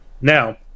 Now